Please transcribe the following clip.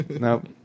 Nope